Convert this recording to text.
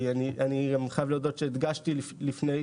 אני גם הדגשתי לפני,